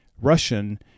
Russian